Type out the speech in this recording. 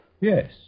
Yes